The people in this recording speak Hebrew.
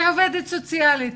כעובדת סוציאלית